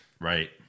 right